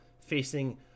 Facing